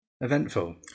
eventful